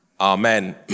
amen